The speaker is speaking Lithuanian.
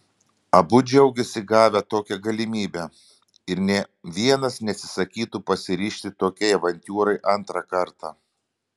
abu džiaugėsi gavę tokią galimybę ir nė vienas neatsisakytų pasiryžti tokiai avantiūrai antrą kartą